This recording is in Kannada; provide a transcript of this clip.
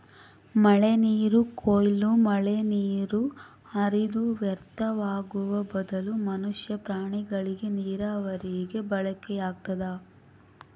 ಮಳೆನೀರು ಕೊಯ್ಲು ಮಳೆನೀರು ಹರಿದು ವ್ಯರ್ಥವಾಗುವ ಬದಲು ಮನುಷ್ಯ ಪ್ರಾಣಿಗಳಿಗೆ ನೀರಾವರಿಗೆ ಬಳಕೆಯಾಗ್ತದ